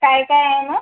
काय काय आहे मग